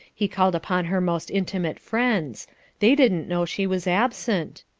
he called upon her most intimate friends they didn't know she was absent.